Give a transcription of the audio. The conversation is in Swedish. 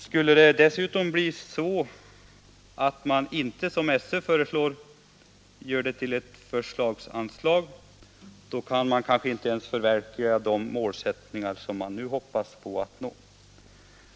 Skulle det dessutom bli så att man inte — som skolöverstyrelsen föreslår — gör anslaget till ett förslagsanslag, går det kanske inte ens att förverkliga de målsättningar som man nu hoppas nå.